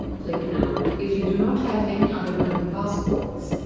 click no if you do not have any other but and passport